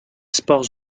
sports